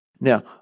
Now